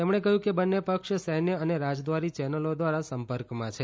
તેમણે કહ્યું કે બંને પક્ષ સૈન્ય અને રાજદ્વારી ચેનલો દ્વારા સંપર્કમાં છે